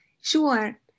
Sure